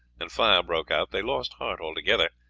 and fire broke out, they lost heart altogether,